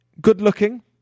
good-looking